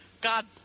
God